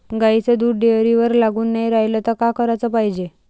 गाईचं दूध डेअरीवर लागून नाई रायलं त का कराच पायजे?